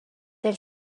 elle